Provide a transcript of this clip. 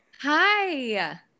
hi